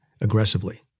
aggressively